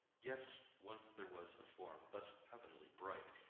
yes, once there was a form thus heavenly bright,